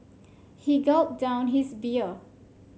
he gulped down his beer